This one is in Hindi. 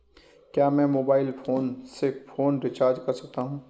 क्या मैं मोबाइल फोन से फोन रिचार्ज कर सकता हूं?